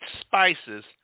spices